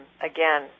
again